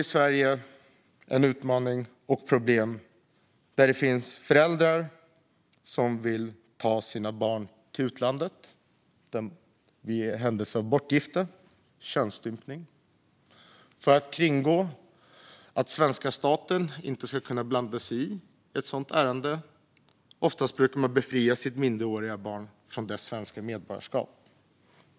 Vi har en utmaning och ett problem i Sverige med föräldrar som vill ta sina barn till utlandet för bortgifte eller könsstympning. För att kringgå att svenska staten blandar sig i ett sådant ärende brukar man ofta befria sitt minderåriga barn från dess svenska medborgarskap.